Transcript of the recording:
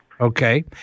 Okay